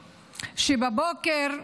שבבוקר,